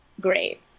Great